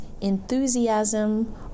enthusiasm